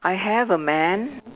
I have a man